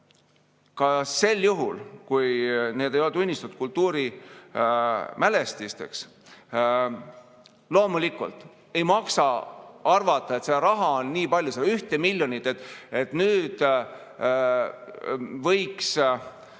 ka sel juhul, kui need ei ole tunnistatud kultuurimälestiseks. Loomulikult ei maksa arvata, et seda raha on nii palju, et selle 1 miljoniga võiks